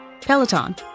peloton